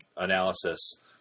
analysis